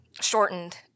shortened